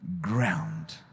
ground